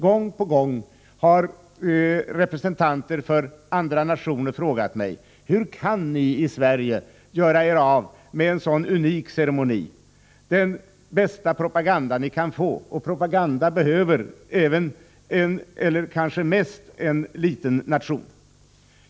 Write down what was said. Gång på gång har representanter för andra nationer frågat mig: Hur kan ni i Sverige göra er av med en sådan unik ceremoni, den bästa propagandan ni kan få — och propaganda behöver även, eller kanske mest, en liten nation.